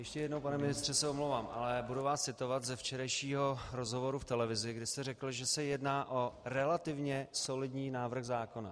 Ještě jednou, pane ministře, se omlouvám, ale budu vás citovat ze včerejšího rozhovoru v televizi, kdy jste řekl, že se jedná o relativně solidní návrh zákona.